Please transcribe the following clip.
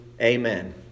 Amen